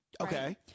Okay